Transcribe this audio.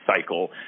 cycle